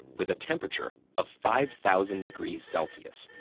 with a temperature of five thousand degrees celsius.